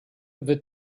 wird